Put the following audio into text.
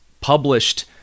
published